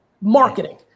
Marketing